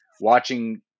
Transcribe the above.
watching